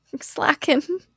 slacking